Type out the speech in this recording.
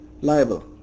liable